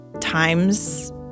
times